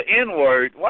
N-word